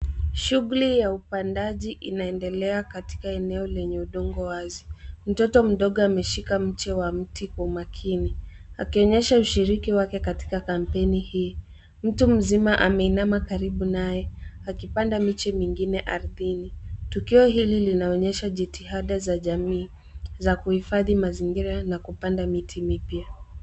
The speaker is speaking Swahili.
Shughuli ya upandaji inaendelea katika eneo lenye udongo wazi. Mtoto mdogo ameshika mche wa mti kwa umakini akionyesha ushiriki wake katika kampeni hii. Mtu mzima ameinama karibu naye akipanda miche mingine ardhini. Tukio hili linaonyesha jitihada za jamii za kuhifadhi mazingira na kupanda miti mipya.